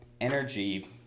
energy